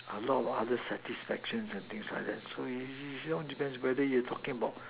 a lot of other satisfaction and things like that so it it all depends whether you talking about